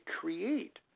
create